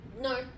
No